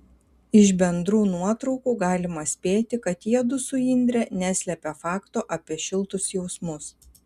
iš bendrų nuotraukų galima spėti kad jiedu su indre neslepia fakto apie šiltus jausmus